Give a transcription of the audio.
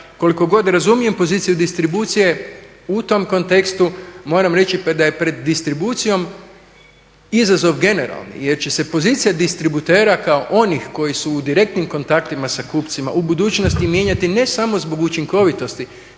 koliko god razumijem poziciju distribucije u tom kontekstu moram reći da je pred distribucijom izazov generalni, jer će se pozicija distributera kao onih koji su u direktnim kontaktima sa kupcima u budućnosti mijenjati ne samo zbog učinkovitosti